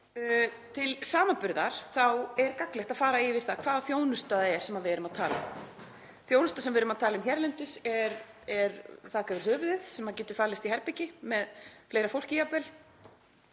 Til samanburðar er gagnlegt að fara yfir það hvaða þjónusta það er sem við erum að tala um. Þjónustan sem við erum að tala um hérlendis er þak yfir höfuðið, sem getur falist í herbergi, með fleira fólki jafnvel,